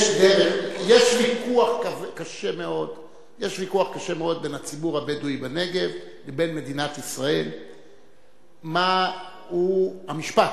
יש ויכוח קשה מאוד בין הציבור הבדואי בנגב לבין מדינת ישראל מהו המשפט,